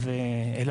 ויש